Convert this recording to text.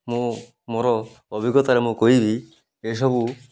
ମୁଁ ମୋର ଅଭିଜ୍ଞତାରେ ମୁଁ କହିବି ଏସବୁ